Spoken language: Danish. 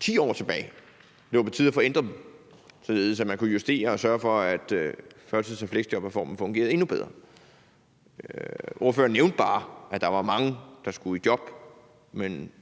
10 år tilbage; at det var på tide at få ændret dem, således at man kunne justere og sørge for, at førtids- og fleksjobreformen fungerede endnu bedre. Ordføreren nævnte bare, at der var mange, der skulle i job, men